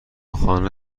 خانه